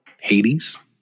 Hades